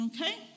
okay